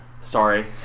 Sorry